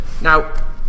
Now